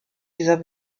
dieser